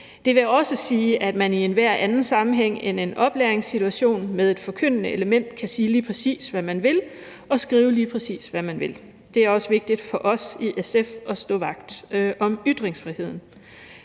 Det vil også sige, at man i enhver anden sammenhæng end en oplæringssituation med et forkyndende element kan sige, lige præcis hvad man vil, og skrive, lige præcis hvad man vil. Det er også vigtigt for os i SF at stå vagt om ytringsfriheden.